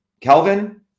Kelvin